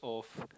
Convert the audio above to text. of